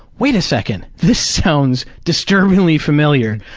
wait a second. this sounds disturbingly familiar.